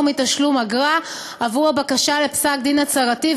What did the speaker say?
מתשלום אגרה עבור הבקשה לפסק-דין הצהרתי,